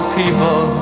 people